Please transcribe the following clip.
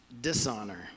dishonor